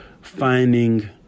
finding